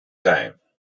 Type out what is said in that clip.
time